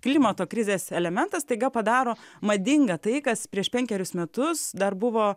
klimato krizės elementas staiga padaro madinga tai kas prieš penkerius metus dar buvo